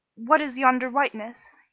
what is yonder whiteness?